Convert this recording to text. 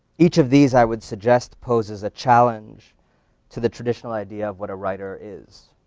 each of these, i would suggest, poses a challenge to the traditional idea of what a writer is.